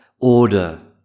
order